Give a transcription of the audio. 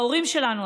ההורים שלנו,